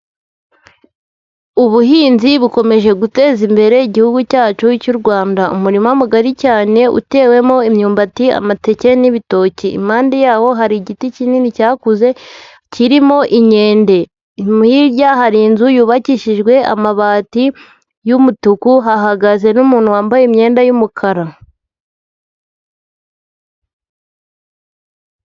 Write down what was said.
Ubuhinzi bukomeje guteza imbere Igihugu cyacu cy'u Rwanda. umurima mugari cyane utewemo imyumbati, amateke n'ibitoki, impande yawo hari igiti kinini cyakuze kirimo inkende, hirya hari inzu yubakishijwe amabati y'umutuku, hahagaze n'umuntu wambaye imyenda y'umukara.